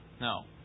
No